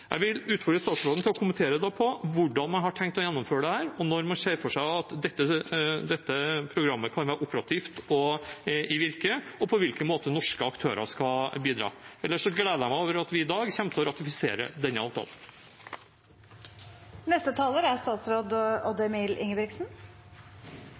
Jeg vil utfordre statsråden til å kommentere hvordan man har tenkt å gjennomføre dette, når man ser for seg at dette programmet kan være operativt og i virke, og på hvilken måte norske aktører skal bidra. Ellers gleder jeg meg over at vi i dag kommer til å ratifisere denne avtalen. En bærekraftig forvaltning av ressursene i havet bidrar til å sikre robuste fiskebestander og verdiskaping langs hele kysten. Det er